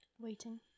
waiting